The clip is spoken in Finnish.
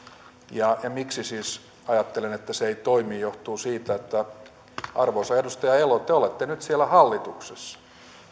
ja miksi siis ajattelen että se ei toimi johtuu siitä että arvoisa edustaja elo te olette nyt siellä hallituksessa